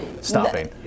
stopping